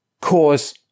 cause